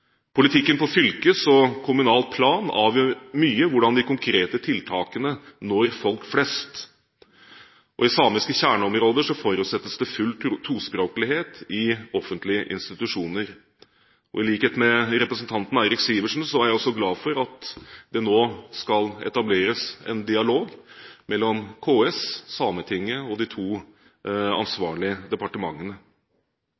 Politikken på fylkesplan og kommunalt plan avgjør mye hvordan de konkrete tiltakene når folk flest. I samiske kjerneområder forutsettes det full tospråklighet i offentlige institusjoner. I likhet med representanten Eirik Sivertsen er jeg glad for at det nå skal etableres en dialog mellom KS, Sametinget og de to